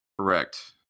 Correct